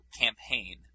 campaign